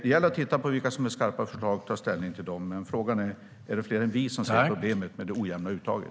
Det gäller att titta på vad som är skarpa förslag och ta ställning till dem. Frågan är dock om det är fler än vi som ser problemet med det ojämna uttaget.